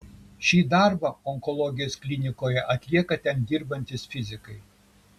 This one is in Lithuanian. šį darbą onkologijos klinikoje atlieka ten dirbantys fizikai